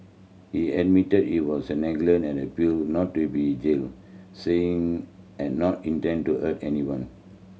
he admitted he was a negligent and pleaded not to be jailed saying had not intended to hurt anyone